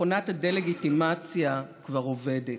מכונת הדה-לגיטימציה כבר עובדת.